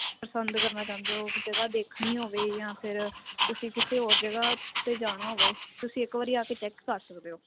ਪਸੰਦ ਕਰਨਾ ਚਾਹੁੰਦੇ ਹੋ ਜਗ੍ਹਾ ਦੇਖਣੀ ਹੋਵੇ ਜਾਂ ਫਿਰ ਤੁਸੀਂ ਕਿਸੇ ਹੋਰ ਜਗ੍ਹਾ ਤੇ ਜਾਣਾ ਹੋਵੇ ਤੁਸੀਂ ਇੱਕ ਵਾਰੀ ਆ ਕੇ ਚੈੱਕ ਕਰ ਸਕਦੇ ਹੋ